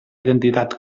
identitat